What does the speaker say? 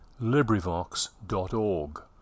LibriVox.org